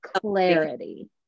clarity